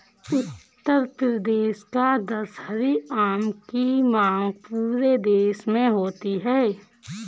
उत्तर प्रदेश का दशहरी आम की मांग पूरे देश में होती है